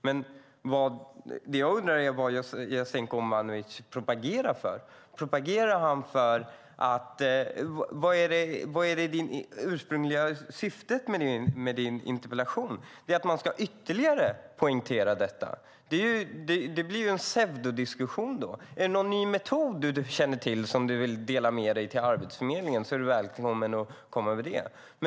Jag undrar vad Jasenko Omanovic propagerar för. Vad är det ursprungliga syftet med din interpellation? Är det att man ytterligare ska poängtera detta? Det blir en pseudodiskussion. Är det någon ny metod som du känner till och som vill dela med dig av till Arbetsförmedlingen är du välkommen att göra det.